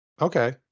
okay